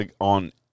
on